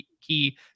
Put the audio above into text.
key